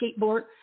skateboard